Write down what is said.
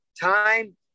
time